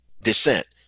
descent